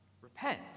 repent